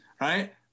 Right